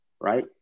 right